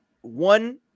one –